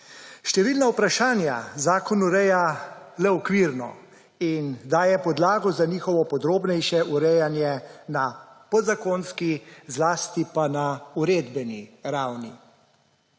Številna vprašanja zakon ureja le okvirno in daje podlago za njihovo podrobnejše urejanje na podzakonski, zlasti pa na uredbeni ravni.